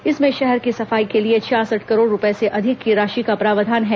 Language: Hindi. इसमें शहर की सफाई के लिए छियासठ करोड़ रूपए से अधिक की राशि का प्रावधान है